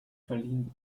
verliehen